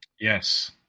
Yes